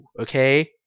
okay